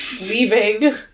leaving